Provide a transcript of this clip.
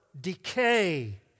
decay